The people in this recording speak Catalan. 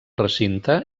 recinte